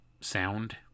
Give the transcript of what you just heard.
sound